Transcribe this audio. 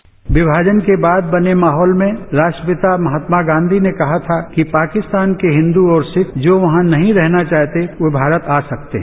bite विभाजन के बाद बने माहौल में राष्ट्रपिता महात्मा गांधी ने कहा था कि पाकिस्तान के हिन्दू और सिख जो वहां नहीं रहना चाहते वो भारत आ सकते हैं